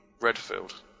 Redfield